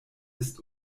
ist